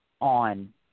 on